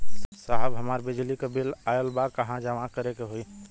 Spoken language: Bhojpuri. साहब हमार बिजली क बिल ऑयल बा कहाँ जमा करेके होइ?